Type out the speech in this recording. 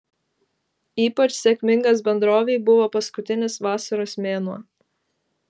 ypač sėkmingas bendrovei buvo paskutinis vasaros mėnuo